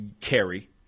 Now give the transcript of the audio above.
carry